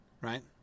right